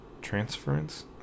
transference